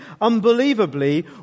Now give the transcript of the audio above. Unbelievably